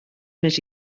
més